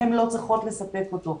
הן לא צריכות לספק אותו.